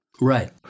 Right